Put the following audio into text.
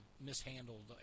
mishandled